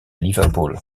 liverpool